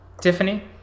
Tiffany